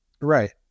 right